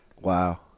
Wow